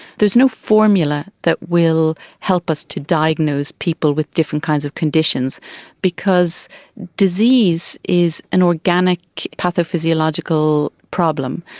there's no formula that will help us to diagnose people with different kinds of conditions because disease is an organic pathophysiological problem.